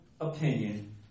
opinion